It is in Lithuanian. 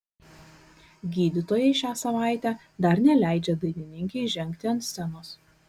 gydytojai šią savaitę dar neleidžia dainininkei žengti ant scenos